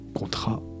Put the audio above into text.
contrat